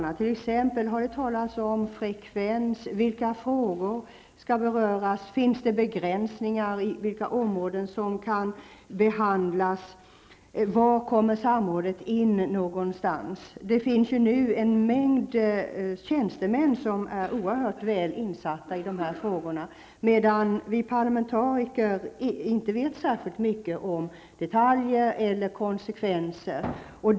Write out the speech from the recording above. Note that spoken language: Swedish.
Har det t.ex. talats om frekvens, vilka frågor som skall behandlas, om det finns begränsningar, vilka områden som kommer att beröras? Var någonstans kommer samrådet in? Det finns ju en mängd tjänstemän som är erhört väl insatta i dessa frågor, medan vi parlamentariker inte vet särskilt mycket om detaljer eller konsekvenser.